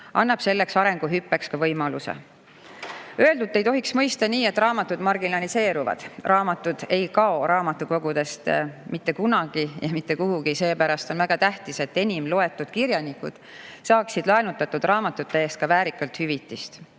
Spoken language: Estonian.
annab selleks arenguhüppeks võimaluse. Öeldut ei tohiks mõista nii, et raamatud marginaliseeruvad. Raamatud ei kao raamatukogudest mitte kunagi ja mitte kuhugi. Seepärast on väga tähtis, et enim loetud kirjanikud saaksid laenutatud raamatute eest ka väärikalt hüvitist.